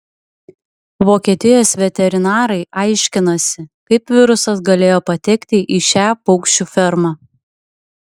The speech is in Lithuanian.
vokietijos veterinarai aiškinasi kaip virusas galėjo patekti į šią paukščių fermą